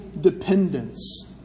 dependence